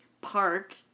park